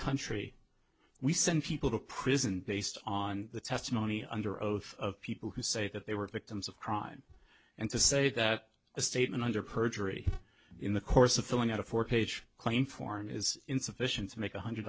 country we send people to prison based on the testimony under oath of people who say that they were victims of crime and to say that a statement under perjury in the course of filling out a four page claim form is insufficient to make a hundred